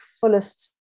fullest